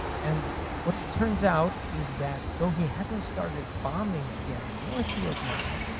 and what it turns out is that though he hasn't started bombing again in north vietnam,